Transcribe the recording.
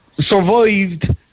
survived